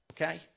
okay